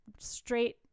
Straight